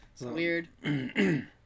weird